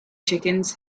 chickens